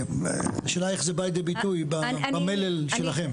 השאלה איך זה בא לידי ביטוי במלל שלכם?